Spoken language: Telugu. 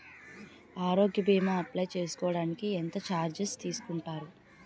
ఆరోగ్య భీమా అప్లయ్ చేసుకోడానికి ఎంత చార్జెస్ తీసుకుంటారు?